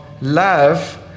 love